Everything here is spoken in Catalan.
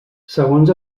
segons